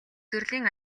төрлийн